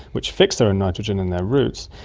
which fix their own nitrogen in their roots,